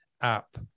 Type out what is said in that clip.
app